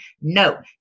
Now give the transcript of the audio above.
No